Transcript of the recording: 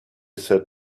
said